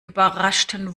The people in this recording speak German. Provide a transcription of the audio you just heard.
überraschten